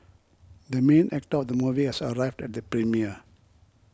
the main actor of the movie has arrived at the premiere